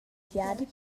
viadi